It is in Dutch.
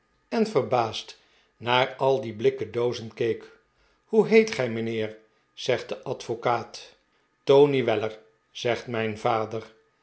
en verbaasd naar al die blikken doozen keek hoe heet gij mijnheer zegt de advocaat tony weiler zegt mijn vader